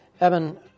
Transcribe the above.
Evan